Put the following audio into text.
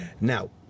Now